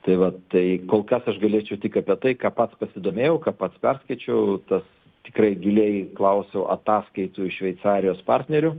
tai vat tai kol kas aš galėčiau tik apie tai ką pats pasidomėjau ką pats perskaičiau tas tikrai giliai klausiau ataskaitų iš šveicarijos partnerių